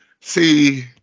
See